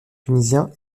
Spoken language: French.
tunisien